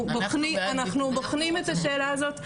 אנחנו בוחנים את השאלה הזאת,